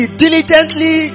diligently